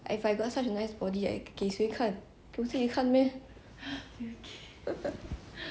if I got such a nice body I 给谁看给自己看 meh